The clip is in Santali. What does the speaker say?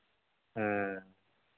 ᱦᱮᱸ